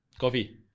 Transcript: Coffee